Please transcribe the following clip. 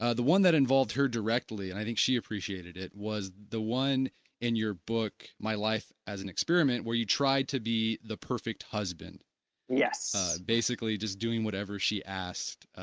ah the one that involved her directly and i think she appreciated it was the one in your book, my life as an experiment where you tried to be the perfect husband yes basically just doing whatever she asked